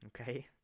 Okay